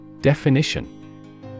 Definition